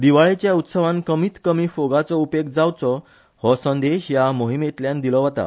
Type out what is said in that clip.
दिवाळेच्या उत्सवान कमीत कमी फोगाचो उपेग जावचो हो संदेश ह्या मोहिमेतल्या दिलो वता